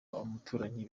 abaturanyi